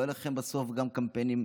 לא יהיו לכם בסוף גם קמפיינים,